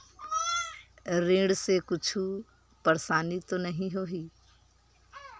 ऋण से कुछु परेशानी तो नहीं होही?